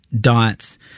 diets